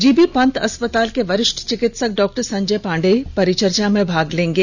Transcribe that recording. GB Pant अस्पताल के वरिष्ठ चिकित्सक डॉक्टर संजय पांडेय परिचर्चा में भाग लेंगे